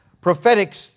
prophetic